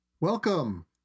Welcome